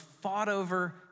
fought-over